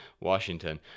Washington